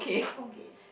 okay